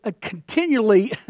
continually